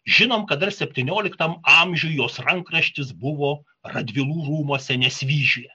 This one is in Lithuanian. žinom kad dar septynioliktam amžiuj jos rankraštis buvo radvilų rūmuose nesvyžiuje